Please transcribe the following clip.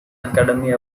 academy